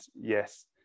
yes